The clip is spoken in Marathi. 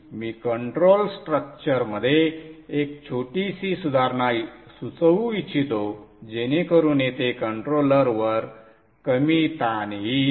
मी कंट्रोल स्ट्रक्चरमध्ये एक छोटीशी सुधारणा सुचवू इच्छितो जेणेकरून येथे कंट्रोलर वर कमी ताण येईल